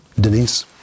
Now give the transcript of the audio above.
Denise